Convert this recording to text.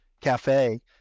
Cafe